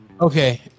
Okay